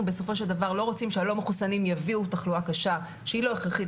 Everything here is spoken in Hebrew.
בסופו של דבר לא רוצים שהלא-מחוסנים יביאו תחלואה קשה שהיא לא הכרחית,